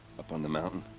up on the mountain.